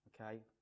Okay